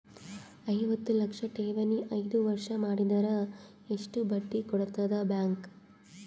ಐವತ್ತು ಲಕ್ಷ ಠೇವಣಿ ಐದು ವರ್ಷ ಮಾಡಿದರ ಎಷ್ಟ ಬಡ್ಡಿ ಕೊಡತದ ಬ್ಯಾಂಕ್?